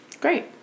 Great